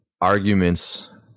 arguments